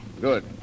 Good